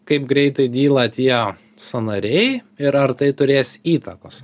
kaip greitai dyla tie sąnariai ir ar tai turės įtakos